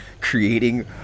creating